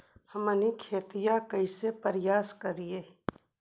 हमनी खेतीया कइसे परियास करियय?